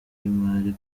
y’imari